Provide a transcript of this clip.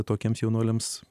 tokiems jaunuoliams